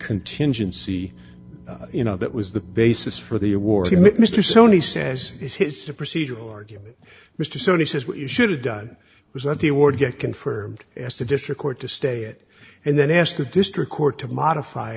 contingency you know that was the basis for the award to mr sony says it's his to procedural argument mr sony says what you should have done was that the award get confirmed as the district court to stay it and then ask the district court to modify